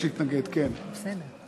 מתנגד, אז זה בסדר.